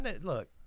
Look